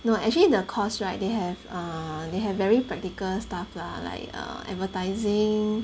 no actually the course right they have err they have very practical stuff lah like err advertising